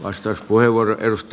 arvoisa puhemies